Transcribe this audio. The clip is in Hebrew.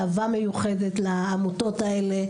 אהבה מיוחדת לעמותות האלה,